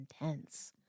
intense